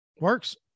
works